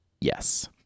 yes